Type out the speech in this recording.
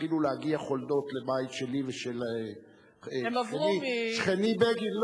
התחילו להגיע חולדות לבית שלי ושל שכני בגין.